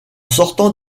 sortant